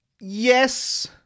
Yes